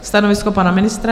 Stanovisko pana ministra?